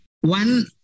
One